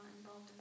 involved